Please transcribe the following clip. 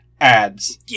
ads